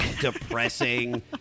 depressing